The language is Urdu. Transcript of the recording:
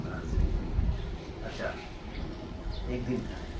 کار سے اچھا ہاں ایک دن کا ہے